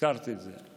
הזכרת את זה.